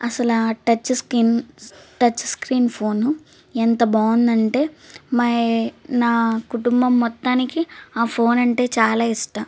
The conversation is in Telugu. అసలా touch skin touch screen phone ఎంత బాగుంది అంటే మై నా కుటుంబం మొత్తానికి ఆ ఫోన్ అంటే చాలా ఇష్టం